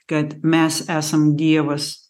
kad mes esam dievas